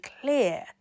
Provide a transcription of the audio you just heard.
clear